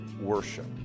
worship